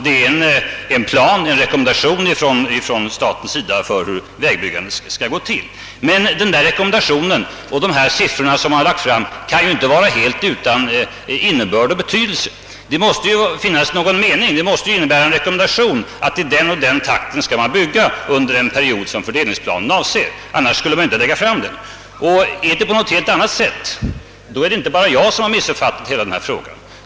Det gäller en plan, en rekommendation från staten för hur vägbyggandet skall gå till. Men denna rekommendation och de siffror som redovisats kan ju inte vara helt utan betydelse. Det måste finnas någon mening i dem — det måste innebära en rekommendation att i den och den takten skall man bygga under den period som fördelningsplanen avser. Annars skulle planen inte ha lagts fram. Är det på något annat sätt har inte bara jag missuppfattat denna fråga.